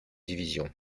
division